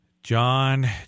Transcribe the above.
John